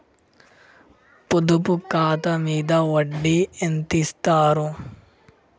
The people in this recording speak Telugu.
పొదుపు ఖాతా మీద వడ్డీ ఎంతిస్తరు?